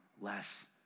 less